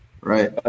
Right